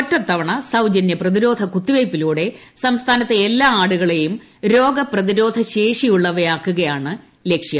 ഒറ്റത്തവണ സൌജന്യ പ്രതിരോധ കുത്തിവെയ്പിലൂടെ സ്റ്റ്സ്കാനത്തെ എല്ലാ ആടുകളെയും രോഗപ്രതിരോധശേഷിയുള്ളവയാക്കുകയാണ് ലക്ഷ്യം